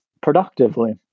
productively